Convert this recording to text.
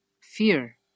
fear